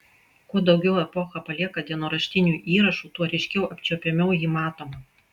kuo daugiau epocha palieka dienoraštinių įrašų tuo ryškiau apčiuopiamiau ji matoma